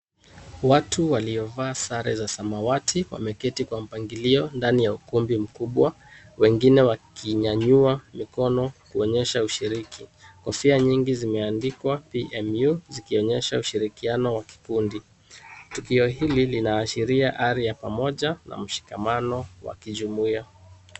Watu waliovaaa sare za samawati wameketi kwa mpangilio ndani ya ukumbi mkubwa, wengine wakinyanyua mikono kuonyesha ushiriki, kofia nyingi zimeandikwa PNU, zikionyesha ushirikiano wa kikundi, tukio hili linaashiria hali ya pamoja na mshikamano wa kijumuiya.